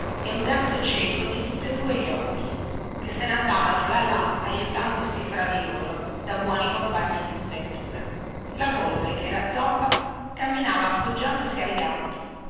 e un gatto cieco da tutte due gli occhi che se ne andavano là là aiutandosi fra di loro da buoni compagni di sventura la volpe che era zoppa camminava appoggiandosi al gatto